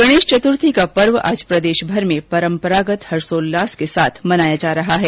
गणेश चतुर्थी का पर्व आज प्रदेशभर में परम्परागत हर्षोल्लास के साथ मनाया जा रहा है